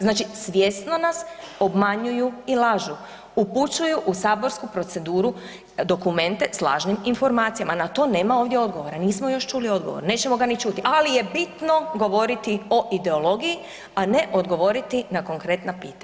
Znači svjesno nas obmanjuju i lažu, upućuju u saborsku proceduru dokumente s lažnim informacijama, na to nema ovdje odgovora, nismo još čuli odgovor, nećemo ga ni čuti, ali je bitno govoriti o ideologiji, a ne odgovoriti na konkretna pitanja.